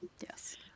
Yes